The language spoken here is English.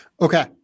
Okay